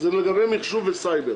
זה התעדוף שלך?